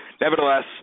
Nevertheless